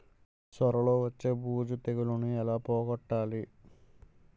సొర లో వచ్చే బూజు తెగులని ఏల పోగొట్టాలి?